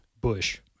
Bush